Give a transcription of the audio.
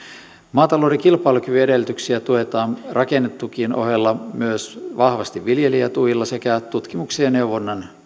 maatalouden kilpailukyvyn edellytyksiä tuetaan rakennetukien ohella myös vahvasti viljelijätuilla sekä tutkimuksen ja neuvonnan